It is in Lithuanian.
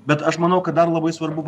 bet aš manau kad dar labai svarbu